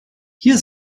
hier